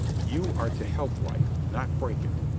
you are to help life, not break it.